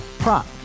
Prop